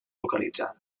localitzada